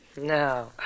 No